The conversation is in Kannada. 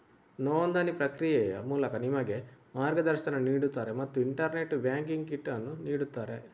ನೋಂದಣಿ ಪ್ರಕ್ರಿಯೆಯ ಮೂಲಕ ನಿಮಗೆ ಮಾರ್ಗದರ್ಶನ ನೀಡುತ್ತಾರೆ ಮತ್ತು ಇಂಟರ್ನೆಟ್ ಬ್ಯಾಂಕಿಂಗ್ ಕಿಟ್ ಅನ್ನು ನೀಡುತ್ತಾರೆ